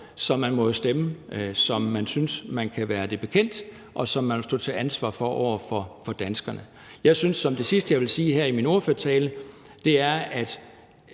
så man må jo stemme, som man synes man kan være det bekendt, og som man vil stå til ansvar for over for danskerne. Det sidste, jeg vil sige i min ordførertale, er, at